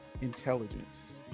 intelligence